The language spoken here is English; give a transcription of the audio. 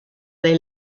they